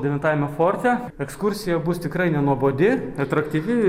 devintajame forte ekskursija bus tikrai nenuobodi atraktyvi